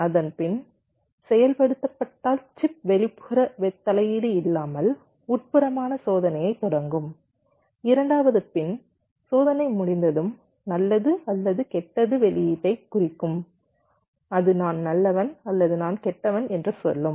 அந்த பின் செயல்படுத்தப்பட்டால் சிப் வெளிப்புற தலையீடு இல்லாமல் உட்புறமான சோதனையைத் தொடங்கும் இரண்டாவது பின் சோதனை முடிந்ததும் நல்லது அல்லது கெட்ட வெளியீட்டை குறிக்கும் அது நான் நல்லவன் அல்லது நான் கெட்டவன் என்று சொல்லும்